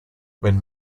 when